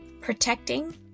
protecting